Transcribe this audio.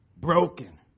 broken